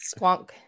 Squonk